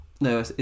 no